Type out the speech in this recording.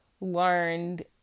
learned